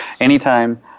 anytime